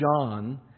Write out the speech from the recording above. John